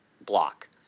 block